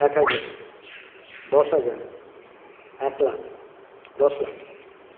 এক হাজার দশ হাজার এক লাখ দশ লাখ